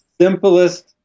Simplest